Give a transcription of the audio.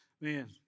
man